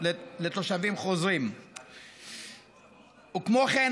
כמו כן,